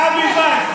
אבי וייס, אבי וייס.